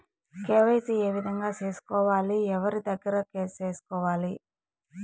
KYC ఏ విధంగా సేసుకోవాలి? ఎవరి దగ్గర సేసుకోవాలి?